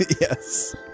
Yes